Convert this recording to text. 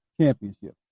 championship